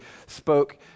spoke